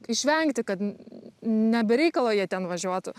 išvengti kad n ne be reikalo jie ten važiuotų